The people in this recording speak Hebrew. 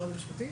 המשפטית?